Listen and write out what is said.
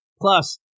Plus